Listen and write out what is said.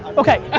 okay.